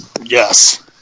Yes